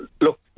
look